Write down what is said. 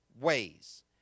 ways